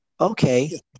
Okay